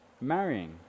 marrying